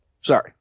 sorry